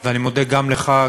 ואני מודה גם לך,